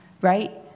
Right